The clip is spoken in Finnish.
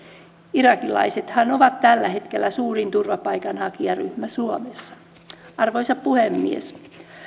irakilaisethan ovat tällä hetkellä suurin turvapaikanhakijaryhmä suomessa arvoisa puhemies